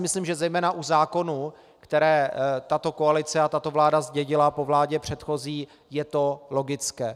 Myslím, že zejména u zákonů, které tato koalice a tato vláda zdědila po vládě předchozí, je to logické.